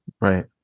Right